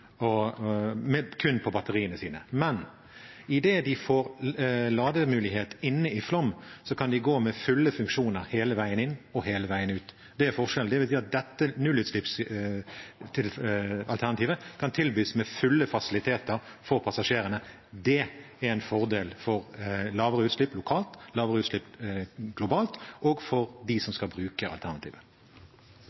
kun på batteriene sine. Men: I det de får lademulighet inne i Flåm, kan de gå med fulle funksjoner hele veien inn og hele veien ut. Det er forskjellen. Det vil si at dette nullutslippsalternativet kan tilbys med fulle fasiliteter for passasjerene. Det er en fordel for lavere utslipp lokalt, lavere utslipp globalt, og for dem som